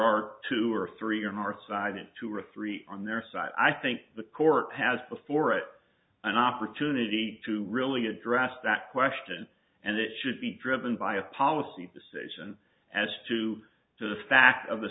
are two or three or in our side and two or three on their side i think the court has before it an opportunity to really address that question and it should be driven by a policy decision as to the fact of